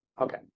Okay